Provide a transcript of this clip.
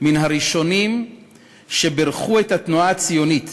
היו מן הראשונים שבירכו את התנועה הציונית,